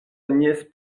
nièce